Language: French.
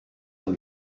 dans